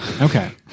Okay